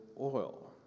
oil